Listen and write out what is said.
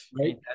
Right